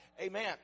Amen